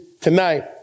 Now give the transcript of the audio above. tonight